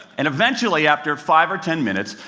and eventually, after five or ten minutes,